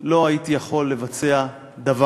לא הייתי יכול לבצע דבר.